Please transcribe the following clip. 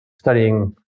studying